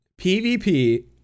PvP